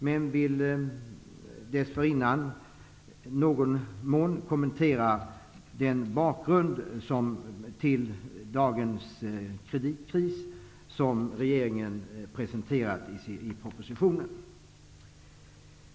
Men dessförinnan vill jag i någon mån kommentera den bakgrund till dagens kreditkris som regeringen har presenterat i propositionen.